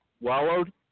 Wallowed